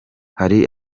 hari